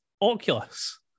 oculus